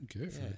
Okay